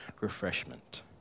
refreshment